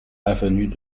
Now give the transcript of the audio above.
avenue